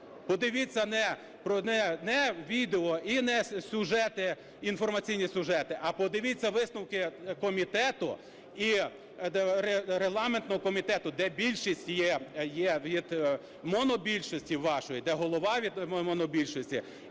Подивіться не відео і не сюжети, інформаційні сюжети, а подивіться висновки комітету і регламентного комітету, де більшість є монобільшості вашої, де голова від монобільшості,